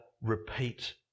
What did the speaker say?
repeat